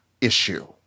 issue